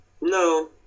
No